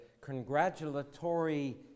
congratulatory